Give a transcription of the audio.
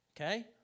Okay